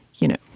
you know,